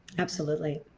absolutely.